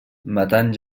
matant